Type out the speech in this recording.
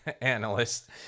analyst